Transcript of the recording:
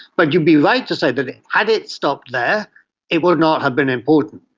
but you'd be right to say that had it stopped there it would not have been important.